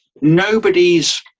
nobody's